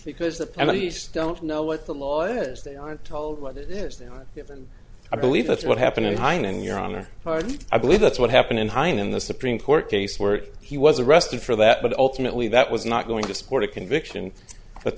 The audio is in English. penalties don't know what the law is they aren't told what it is they're given i believe that's what happened in hind in your honor i believe that's what happened in hind in the supreme court case where he was arrested for that but ultimately that was not going to support a conviction but